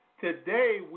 Today